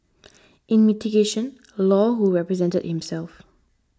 in mitigation Law who represented himself